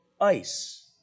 ice